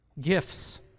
Gifts